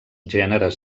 gèneres